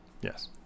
Yes